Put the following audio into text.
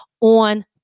on